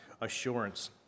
assurance